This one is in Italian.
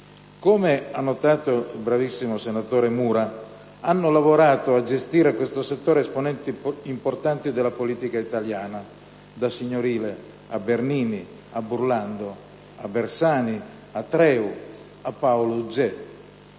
Come ha notato il bravissimo senatore Mura, hanno lavorato nella gestione di questo comparto importanti esponenti della politica italiana: da Signorile a Bernini, a Burlando, a Bersani, a Treu, a Uggé.